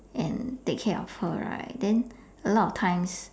and take care of her right then a lot of times